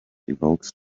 evokes